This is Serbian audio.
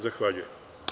Zahvaljujem.